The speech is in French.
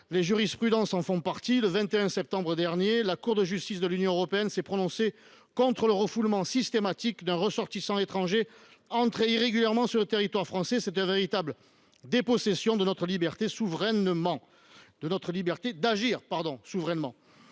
jurisprudences : ainsi, le 21 septembre dernier, la Cour de justice de l’Union européenne (CJUE) s’est prononcée contre la possibilité de refouler systématiquement un ressortissant étranger entré irrégulièrement sur le territoire français. C’est une véritable dépossession de notre liberté d’agir souverainement